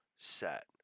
Set